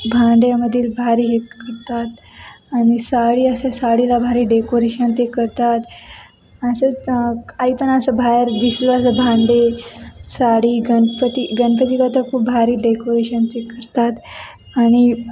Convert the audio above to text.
भांड्यामधील भारी हे करतात आणि साडी असं साडीला भारी डेकोरेशन ते करतात असंच आई पण असं बाहेर दिसलो असं भांडे साडी गणपती गणपती करता खूप भारी डेकोरेशनचे करतात आणि